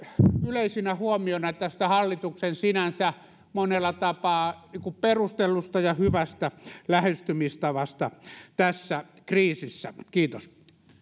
yleisenä huomiona tästä hallituksen sinänsä monella tapaa perustellusta ja hyvästä lähestymistavasta tässä kriisissä kiitos